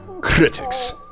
Critics